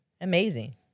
amazing